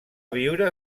viure